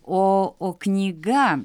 o o knyga